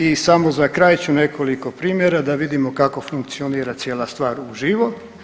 I samo za kraj ću nekoliko primjera da vidimo kako funkcionira cijela stvar u živo.